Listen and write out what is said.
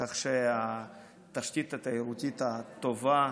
כך שהתשתית התיירותית הטובה